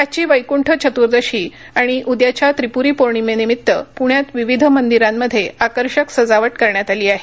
आजची वैक्ंठ चतुर्दशी आणि उद्याच्या त्रिप्री पौर्णिमेनिमित्त प्ण्यात विविध मंदिरांमध्ये आकर्षक सजावट करण्यात आली आहे